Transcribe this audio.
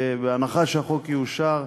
בהנחה שהחוק יאושר,